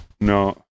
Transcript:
No